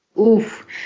Oof